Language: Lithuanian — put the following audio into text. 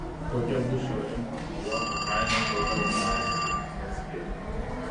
kokia bus šio rinkos naujoko kaina kol kas dacia neatskleidė